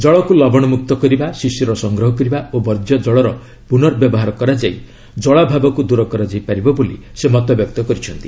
ଜଳକୁ ଲବଣ ମୁକ୍ତ କରିବା ଶିଶିର ସଂଗ୍ରହ କରିବା ଓ ବର୍ଜ୍ୟ ଜଳର ପୁର୍ନବ୍ୟବହାର କରାଯାଇ କଳାଭାବକୁ ଦୂର କରାଯାଇ ପାରିବ ବୋଲି ସେ ମତବ୍ୟକ୍ତ କରିଛନ୍ତି